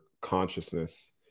consciousness